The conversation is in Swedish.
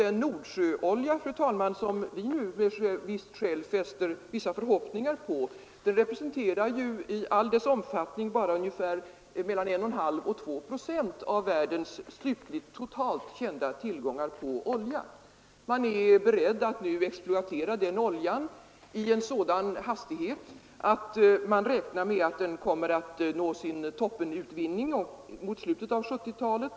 Den Nordsjöolja, som vi nu med visst skäl knyter vissa förhoppningar till, representerar ju i hela sin omfattning ungefär 1,5—2 procent av världens totalt kända tillgångar på olja. Man är beredd att exploatera den oljan i en sådan hastighet att man räknar med att nå en topp i utvinningen mot slutet av 1970-talet.